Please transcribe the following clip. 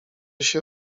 się